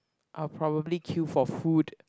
I will probably queue for food